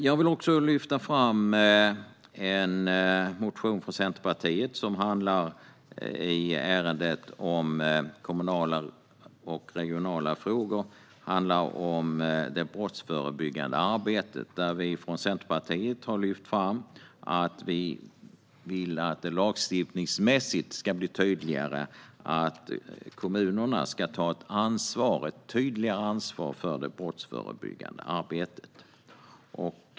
Jag vill också lyfta fram en motion från Centerpartiet i ärendet om kommunala och regionala frågor, och den handlar om det brottsförebyggande arbetet. Vi från Centerpartiet har lyft fram att vi vill att det lagstiftningsmässigt ska bli tydligare att kommunerna ska ta ett större ansvar för det brottsförebyggande arbetet.